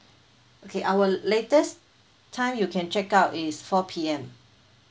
okay our latest time you can check out is four P_M